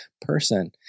person